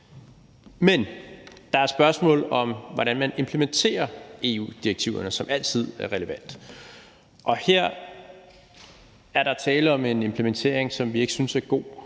Men der er et spørgsmål om, hvordan man implementerer EU-direktiverne, som altid er relevant. Her er der tale om en implementering, som vi ikke synes er god.